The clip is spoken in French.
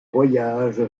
voyage